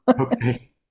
Okay